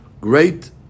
great